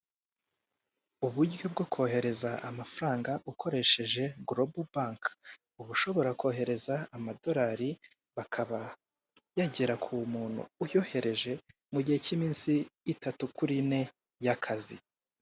Uburyo bwo kohereza amafaranga ukoresheje gorobo banki. Uba ushobora kohereza amadorari, bakaba yagera ku muntu uyohereje mu gihe cy'iminsi itatu kuri ine y'akazi.